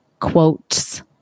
quotes